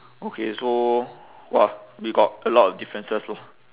okay so !wah! we got a lot of differences loh